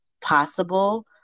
possible